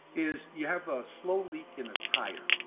is you have ah slow leak in a tire.